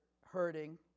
hurting